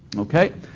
okay?